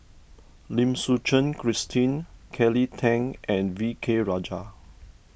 Lim Suchen Christine Kelly Tang and V K Rajah